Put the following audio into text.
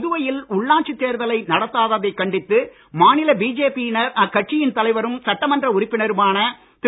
புதுவையில் உள்ளாட்சித் தேர்தலை நடத்தாதைக் கண்டித்து மாநில பிஜேபி யினர் அக்கட்சித் தலைவரும் சட்டமன்ற உறுப்பினருமான திரு